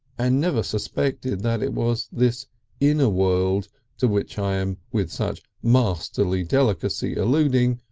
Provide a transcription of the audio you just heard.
and never suspected that it was this inner world to which i am with such masterly delicacy alluding,